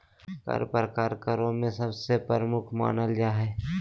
कर प्रकार करों में सबसे प्रमुख मानल जा हय